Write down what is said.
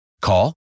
Call